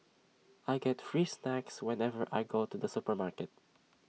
I get free snacks whenever I go to the supermarket